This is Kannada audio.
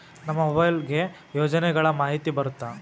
ನಮ್ ಮೊಬೈಲ್ ಗೆ ಯೋಜನೆ ಗಳಮಾಹಿತಿ ಬರುತ್ತ?